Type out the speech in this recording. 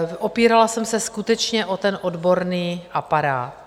Opírala jsem se skutečně o ten odborný aparát.